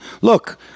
Look